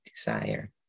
desire